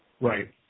Right